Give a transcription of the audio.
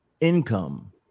income